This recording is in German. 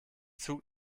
zug